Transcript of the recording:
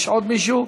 יש עוד מישהו?